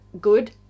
good